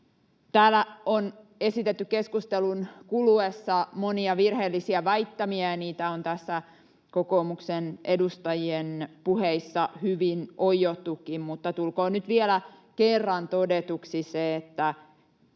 Täällä on esitetty keskustelun kuluessa monia virheellisiä väittämiä, ja niitä on tässä kokoomuksen edustajien puheissa hyvin oiottukin, mutta tulkoon nyt vielä kerran todetuksi se, että